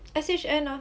S_H_N ah